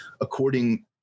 according